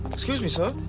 excuse me, sir.